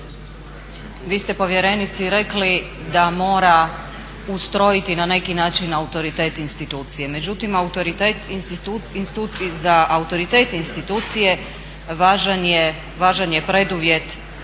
vi ste povjerenici rekli da mora ustrojiti na neki način autoritet institucije. Međutim, za autoritete institucije važan je preduvjet neovisnost,